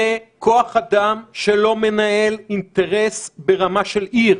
זה כוח אדם שלא מנהל אינטרס ברמה של עיר.